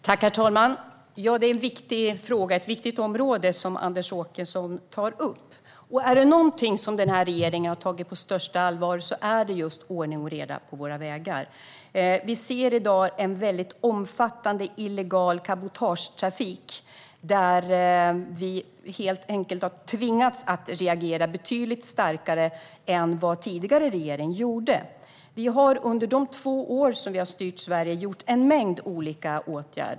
Herr talman! Det är en viktig fråga och ett viktigt område som Anders Åkesson tar upp. Om det är något som regeringen har tagit på största allvar är det just ordning och reda på våra vägar. Vi ser i dag en omfattande illegal cabotagetrafik, och där har vi tvingats reagera betydligt starkare än vad tidigare regeringar har gjort. Under de två år som vi har styrt Sverige har vi vidtagit en mängd olika åtgärder.